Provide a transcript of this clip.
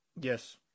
Yes